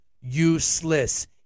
useless